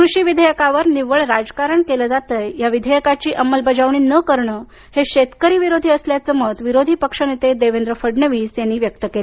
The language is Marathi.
कृषी विधेयकावर निव्वळ राजकारण केलं जातंय या विधेयकाची अंमलबजावणी न करणं हे शेतकरी विरोधी असल्याचं मत विरोधी पक्षनेते देवेंद्र फडणवीस यांनी व्यक्त केलं